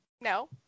No